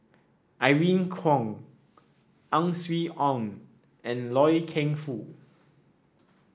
Irene Khong Ang Swee Aun and Loy Keng Foo